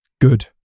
good